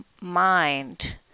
mind